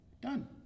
done